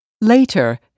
Later